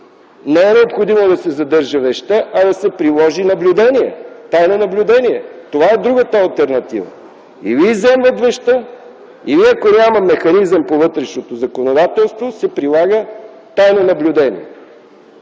не е необходимо да се задържа вещта, а да се приложи наблюдение - тайно наблюдение. Това е другата алтернатива. Или изземват вещта, или, ако няма механизъм по вътрешното законодателство, се прилага тайно наблюдение.